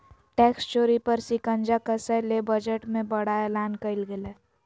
tax चोरी पर शिकंजा कसय ले बजट में बड़ा एलान कइल गेलय